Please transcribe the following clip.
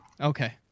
Okay